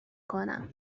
کنم